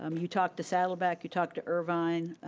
um you talk to saddleback, you talk to irvine,